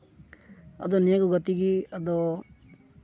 ᱟᱫᱚ ᱱᱤᱭᱟᱹ ᱠᱚ ᱜᱟᱛᱮ ᱜᱮ ᱟᱫᱚ